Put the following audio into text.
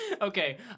Okay